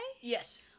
Yes